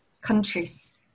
countries